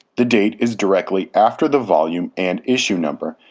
the date is directly after the volume and issue number.